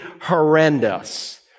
horrendous